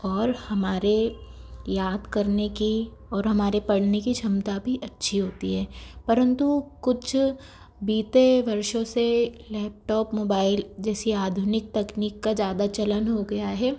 और हमारी याद करने की और हमारे पढ़ने की क्षमता भी अच्छी होती है परंतु कुछ बीते वर्षों से लैपटॉप मोबाइल जैसी आधुनिक तकनीक का ज़्यादा चलन हो गया है